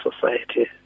society